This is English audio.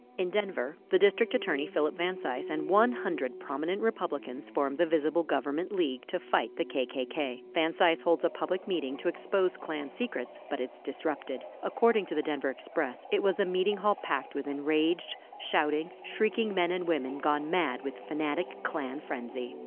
in denver, the district attorney, phillip van cise, and one hundred prominent republicans formed the visible government league to fight the kkk. van cise holds a public meeting to expose clan secrets, but it's disrupted. according to the denver express, it was a meeting hall packed with enraged, shouting, shrieking men and women gone mad with fanatic klan frenzy.